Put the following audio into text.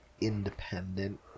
independent